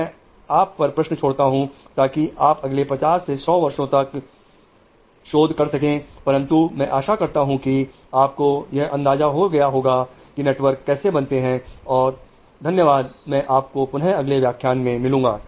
मैं आप पर प्रश्न छोड़ता हूं ताकि आप अगले 50 100 वर्षों तक शोध कर सकें परंतु मैं आशा करता हूं कि आपको यह अंदाजा तो हो गया होगा कि नेटवर्क कैसे बनते हैं और धन्यवाद मैं आपको पुनः अगले व्याख्यान में मिलूंगा